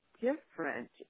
different